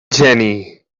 geni